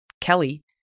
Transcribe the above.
Kelly